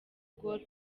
gor